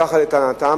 ככה לטענתם,